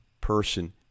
person